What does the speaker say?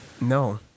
No